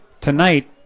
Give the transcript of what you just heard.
tonight